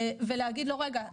ולהגיד לו: רגע,